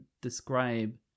describe